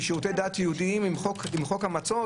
בשירותי דת יהודיים עם חוק המצות,